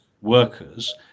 workers